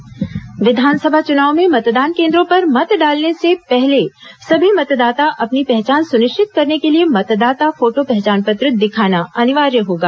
मतदाता पहचान पत्र विधानसभा चुनाव में मतदान केन्द्रों पर मत डालने से पहले सभी मतदाता अपनी पहचान सुनिश्चित करने के लिए मतदाता फोटो पहचान पत्र दिखाना अनिवार्य होगा